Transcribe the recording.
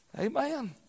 Amen